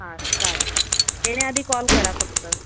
हां चालेल येण्याआधी कॉल करा फक्त